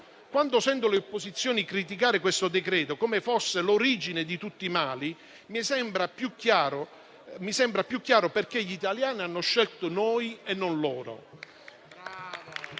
Quando sento le opposizioni criticare questo decreto-legge, come se fosse l'origine di tutti i mali, mi sembra più chiaro perché gli italiani hanno scelto noi e non loro.